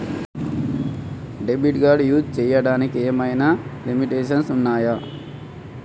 Debit card use చేయడానికి ఏమైనా limitations ఉన్నాయా?